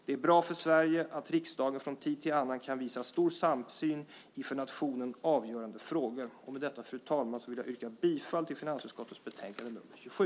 Det är bra för Sverige att riksdagen från tid till annan kan visa stor samsyn i för nationen avgörande frågor. Fru talman! Jag yrkar bifall till förslaget i finansutskottets betänkande nr 27.